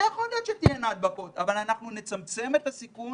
יכול להיות שתהיינה הדבקות אבל אנחנו נצמצם את הסיכון